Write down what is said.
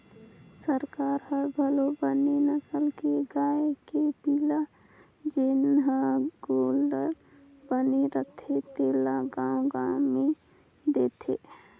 सरकार हर घलो बने नसल के गाय के पिला जेन हर गोल्लर बने रथे तेला गाँव गाँव में देथे